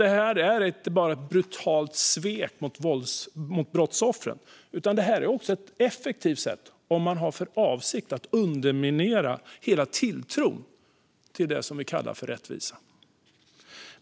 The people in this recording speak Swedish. Detta är inte bara ett brutalt svek mot brottsoffret utan också ett effektivt sätt att underminera hela tilltron till det vi kallar för rättvisa.